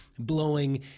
blowing